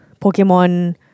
Pokemon